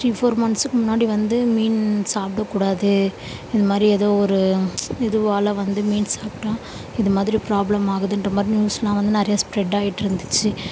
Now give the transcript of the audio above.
three four மந்த்ஸ்க்கு முன்னாடி வந்து மீன் சாப்பிடக்கூடாது இந்தமாதிரி ஏதோ ஒரு இதுவால் வந்து மீன் சாப்பிட்டா இது மாதிரி ப்ராப்ளம் ஆகுதுன்ற மாதிரி நியூஸ்லாம் வந்து நிறைய ஸ்ப்ரெட் ஆயிட்டு இருந்துச்சு